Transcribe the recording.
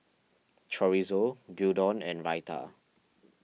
Chorizo Gyudon and